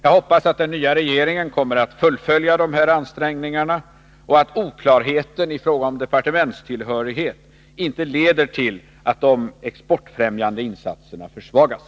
Jag hoppas att den nya regeringen kommer att fullfölja de här ansträngningarna och att oklarheten i fråga om departementstillhörighet inte leder till att de exportfrämjande insatserna försvagas.